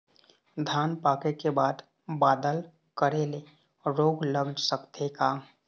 धान पाके के बाद बादल करे ले रोग लग सकथे का?